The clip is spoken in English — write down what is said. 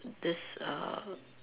this err